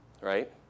Right